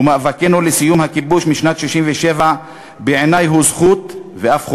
ומאבקנו לסיום הכיבוש משנת 1967 בעיני הוא זכות ואף חובה.